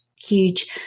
huge